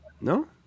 No